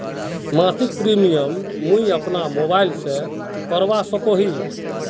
मासिक प्रीमियम मुई अपना मोबाईल से करवा सकोहो ही?